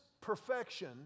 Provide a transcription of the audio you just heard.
perfection